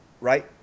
right